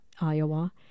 Iowa